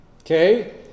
okay